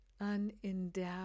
unendowed